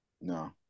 no